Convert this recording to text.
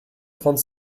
trente